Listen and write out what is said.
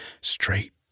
straight